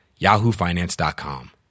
yahoofinance.com